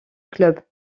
club